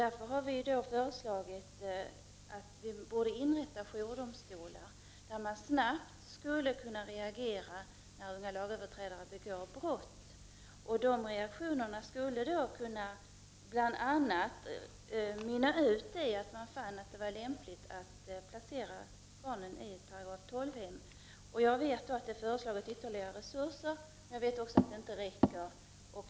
Därför har vi föreslagit att man skall inrätta jourdomstolar, som snabbt skulle kunna reagera då unga människor begår brott. De reaktionerna skulle bl.a. kunna utmynna i att man fann det lämpligt att placera barnen i ett § 12 hem. Jag vet att det har föreslagits ytterligare resurser, men jag vet också att det inte räcker.